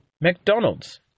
McDonald's